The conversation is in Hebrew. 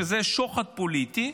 שזה שוחד פוליטי,